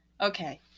Okay